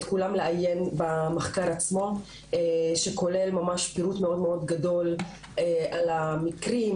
כולם לעיין במחקר עצמו שכולל פירוט מאוד גדול על המקרים,